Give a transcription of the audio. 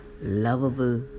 lovable